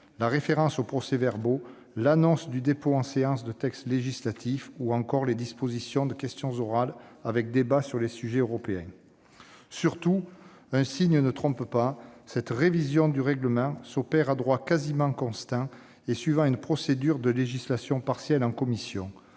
la référence aux procès-verbaux, à l'annonce du dépôt en séance des textes législatifs ou encore au dispositif des questions orales avec débat sur des sujets européens. Surtout, un signe ne trompe pas : cette révision du règlement s'opère à droit quasi constant et suivant une procédure de législation partielle en commission.